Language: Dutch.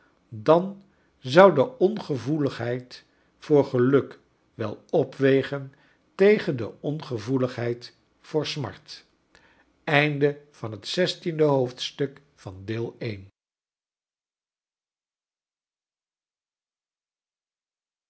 dan zou de ongevoeligheid voor geluk wel opwegen tegen de ongevoeligheid voor smart